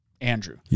Andrew